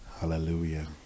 Hallelujah